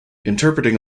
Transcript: interpreting